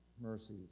mercies